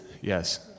Yes